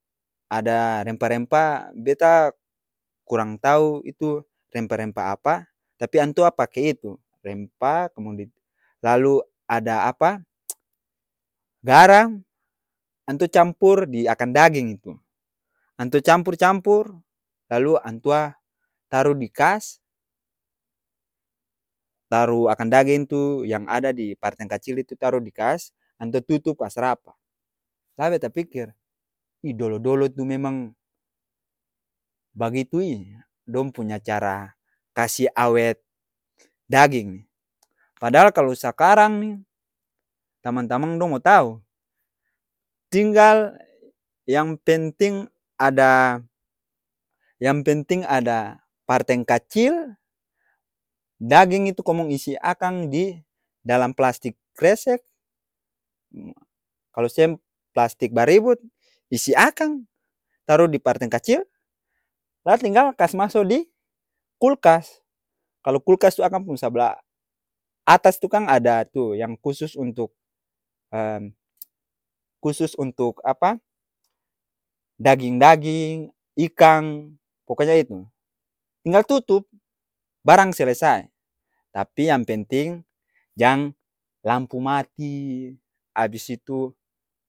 Ada rempa-rempa, beta kurang tau itu rempa-rempa apa tapi antua pake itu rempa kemudian lalu ada apa? garang, antua campur di akang daging itu antua campur-campur lalu antua taru di kas taru akang daging tu yang ada di parteng kacil itu taru di kas, antua tutu kas rapa la beta pikir, i dolo-dolo tu memang bagitu e dong punya cara kasi awet daging ni padahal kalo sakarang ni tamang-tamang dong mo tau? Tinggal yang penting ada yang penting ada parteng kacil daging itu komong isi akang di dalam plastik kresek, kalo seng plastik baribut isi akang taru di parteng kacil la tinggal kas maso di kulkas kalo kulkas tu akang pung sabla atas tu kang ada tu yang kusus untuk kusus untuk apa? Daging-daging, ikang, poko nya itu tinggal tutup barang selesai, tapi yang penting jang lampu mati abis itu.